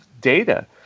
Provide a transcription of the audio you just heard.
data